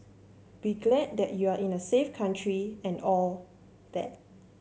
be glad that you are in a safe country and all that